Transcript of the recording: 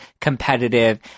competitive